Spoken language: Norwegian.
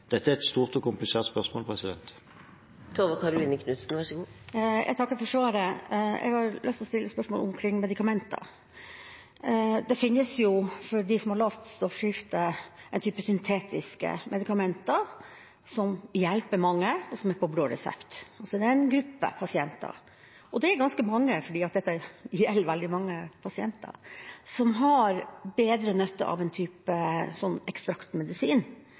dette er et stort og komplisert spørsmål. Jeg takker for svaret. Jeg har lyst til å stille spørsmål omkring medikamenter. Det finnes for dem som har lavt stoffskifte, en type syntetiske medikamenter som hjelper mange, og som er på blå resept. Det er en gruppe pasienter, og det er ganske mange fordi dette gjelder veldig mange pasienter, som har bedre nytte av en